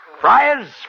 Friars